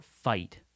fight